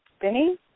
Benny